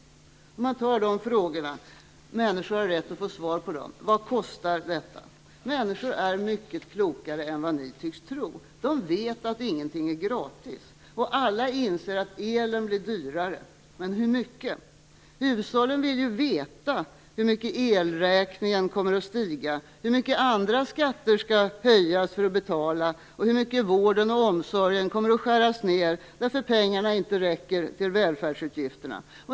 Människor har rätt att få svar på dessa frågor. Vad kostar detta? Människor är mycket klokare än vad ni tycks tro. De vet att ingenting är gratis, och alla inser att elen blir dyrare. Men hur mycket? Hushållen vill ju veta hur mycket elräkningen kommer att stiga, hur mycket andra skatter skall höjas för att betala och hur mycket vården och omsorgen kommer att skäras ned för att pengarna inte räcker till välfärdsutgifterna.